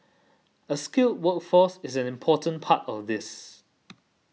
a skilled workforce is an important part of this